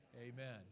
Amen